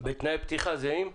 בתנאי פתיחה זהים?